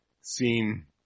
seem